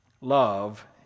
Love